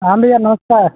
हाँ भैया नमस्कार